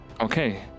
Okay